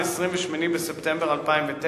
28 בספטמבר 2009,